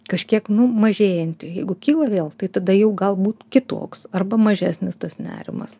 kažkiek nu mažėjanti jeigu kyla vėl tai tada jau galbūt kitoks arba mažesnis tas nerimas